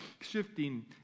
shifting